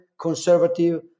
conservative